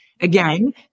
again